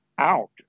out